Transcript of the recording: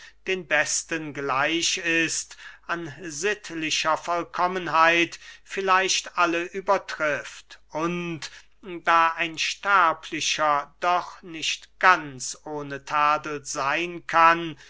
den besten gleich ist an sittlicher vollkommenheit vielleicht alle übertrifft und da ein sterblicher doch nicht ganz ohne tadel seyn kann